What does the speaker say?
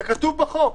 זה כתוב בחוק.